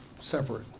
separate